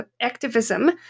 activism